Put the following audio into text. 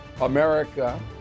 America